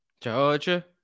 Georgia